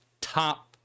top